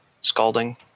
Scalding